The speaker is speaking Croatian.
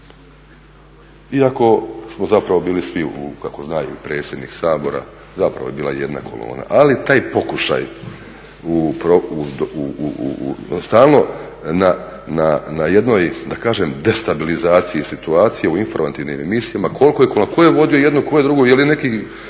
Iako smo zapravo svi bili, kako zna i predsjednik Sabora, zapravo je bila jedna kolona. Ali taj pokušaj, na jednoj da kažem destabilizaciji situacije u informativnim emisijama koliko je kolona, ko je vodio jednu, ko je drugu, je li neki